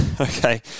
Okay